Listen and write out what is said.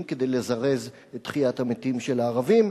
כדי לזרז את תחיית המתים של המוסלמים.